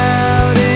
out